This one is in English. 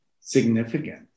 significant